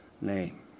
name